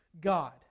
God